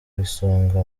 isonga